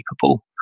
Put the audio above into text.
capable